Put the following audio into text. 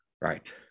Right